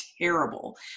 terrible